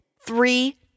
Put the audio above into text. Three